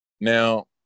Now